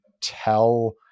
tell